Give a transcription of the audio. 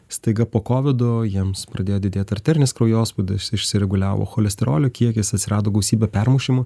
staiga po kovido jiems pradėjo didėt arterinis kraujospūdis išsireguliavo cholesterolio kiekis atsirado gausybė permušimų